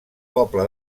poble